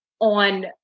on